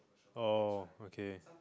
oh okay